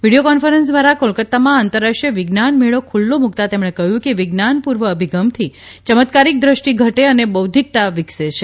video conference દ્વારા કોલકત્તામાં આંતરરાષ્ટ્રીય વિજ્ઞાન મેળો ખુલ્લો મૂકતાં તેમણે કહ્યુ કે વિજ્ઞાનપૂર્વ અભિગમથી ચમત્કારીક દષ્ટિ ઘટે અને બૌધ્ધિકતા વિકસે છે